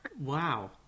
Wow